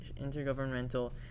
Intergovernmental